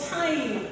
time